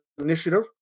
initiative